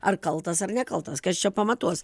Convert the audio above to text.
ar kaltas ar nekaltas kad čia pamatuos